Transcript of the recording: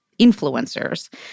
influencers